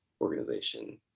organization